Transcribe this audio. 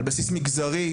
על בסיס מגזרי?